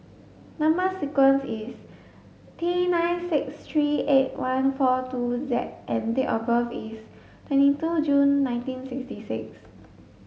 number sequence is T nine six three eight one four two Z and date of birth is twenty two June nineteen sixty six